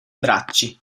bracci